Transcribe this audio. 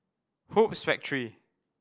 Hoops Factory